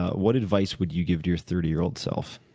what advice would you give to your thirty year old self?